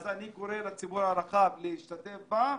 ואני קורא לציבור הרחב להשתתף בה.